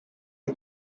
his